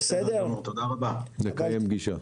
נקיים פגישה.